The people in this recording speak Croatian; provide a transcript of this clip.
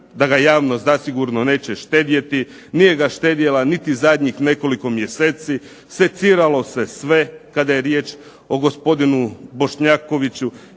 da ga javnost zasigurno neće štedjeti, nije ga štedjela niti zadnjih nekoliko mjeseci, seciralo se sve kad je riječ o gospodinu Bošnjakoviću